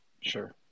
sure